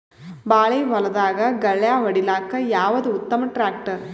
ಬಾಳಿ ಹೊಲದಾಗ ಗಳ್ಯಾ ಹೊಡಿಲಾಕ್ಕ ಯಾವದ ಉತ್ತಮ ಟ್ಯಾಕ್ಟರ್?